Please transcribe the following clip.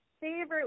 favorite